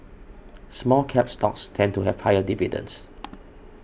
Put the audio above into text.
Small Cap stocks tend to have higher dividends